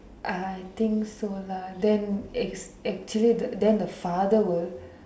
I think so lah then act actually the then the father will